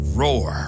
roar